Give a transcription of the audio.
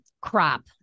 crop